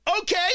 Okay